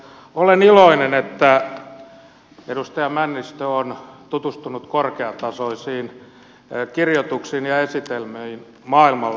olen iloinen että edustaja männistö on tutustunut korkeatasoisiin kirjoituksiin ja esitelmiin maailmalla